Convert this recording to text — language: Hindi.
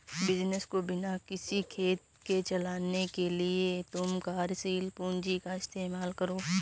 बिज़नस को बिना किसी खेद के चलाने के लिए तुम कार्यशील पूंजी का इस्तेमाल करो